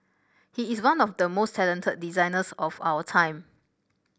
he is one of the most talented designers of our time